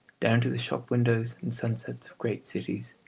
down to the shop-windows and sunsets of great cities.